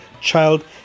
child